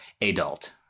adult